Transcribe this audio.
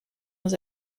was